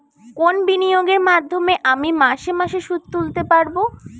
কোন বিনিয়োগের মাধ্যমে আমি মাসে মাসে সুদ তুলতে পারবো?